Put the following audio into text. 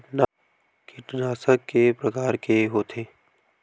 कीटनाशक के प्रकार के होथे?